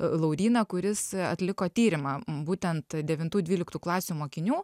lauryną kuris atliko tyrimą būtent devintų dvyliktų klasių mokinių